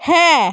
হ্যাঁ